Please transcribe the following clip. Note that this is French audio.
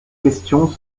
questions